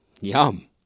Yum